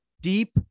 deep